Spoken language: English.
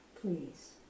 please